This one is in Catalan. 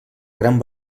gran